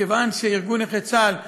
מכיוון שארגון נכי צה"ל אמר: